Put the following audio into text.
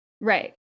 right